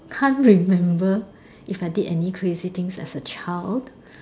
can't remember if I did any crazy things as a child